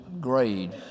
grade